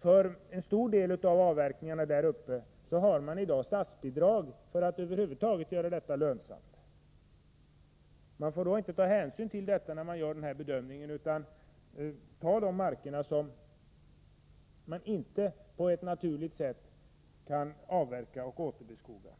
dag ges statsbidrag till en stor del av avverkningarna i de fjällnära skogarna för att de över huvud taget skall vara lönsamma. Det får man dock inte ta hänsyn till när denna bedömning görs, utan man skall överföra de marker som inte på ett naturligt sätt kan avverkas och återbeskogas.